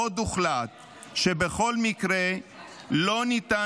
עוד הוחלט שבכל מקרה לא ניתן